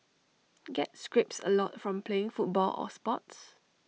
get scrapes A lot from playing football or sports